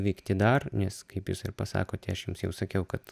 vykti dar nes kaip jūs pasakote aš jums jau sakiau kad